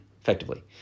effectively